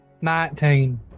Nineteen